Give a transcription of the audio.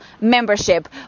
membership